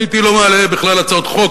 לא הייתי מעלה בכלל הצעות חוק.